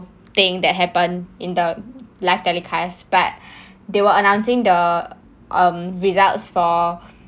thing that happen in the live telecast but they were announcing the results um for